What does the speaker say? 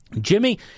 Jimmy